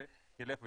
זה יילך ויצליח.